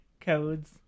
codes